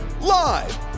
Live